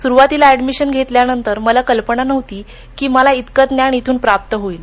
सुरुवातीला प्रवेश घेतल्यानंतर मला कल्पना नव्हती कि मला इतकं ज्ञान इथून प्राप्त होईल